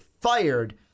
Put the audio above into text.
fired